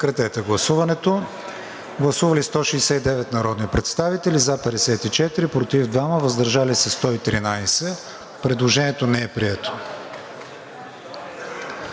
октомври 2022 г. Гласували 169 народни представители: за 54, против 2, въздържали се 113. Предложението не е прието.